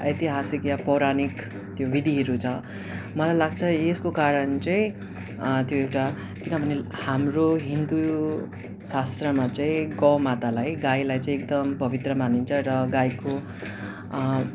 ऐतिहासिक या पौराणिक त्यो विधिहरू छ मलाई लाग्छ यसको कारण चाहिँ त्यो एउटा किनभने हाम्रो हिन्दू शास्त्रमा चाहिँ गौमातालाई गाईलाई चाहिँ एकदम पवित्र मानिन्छ र गाईको